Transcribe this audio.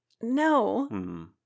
No